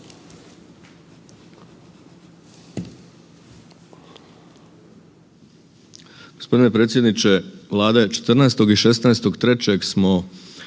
Hvala.